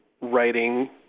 writing